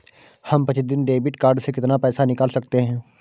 हम प्रतिदिन debit card से कितना पैसा निकाल सकते हैं?